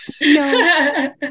no